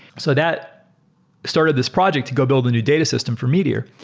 so that started this project to go build a new data system for meteor,